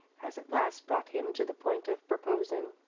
has at last brought him to the point of proposing.